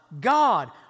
God